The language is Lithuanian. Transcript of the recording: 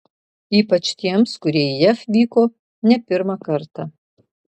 ypač tiems kurie į jav vyko ne pirmą kartą